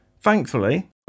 Thankfully